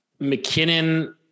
McKinnon